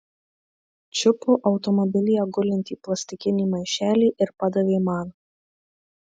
čiupo automobilyje gulintį plastikinį maišelį ir padavė man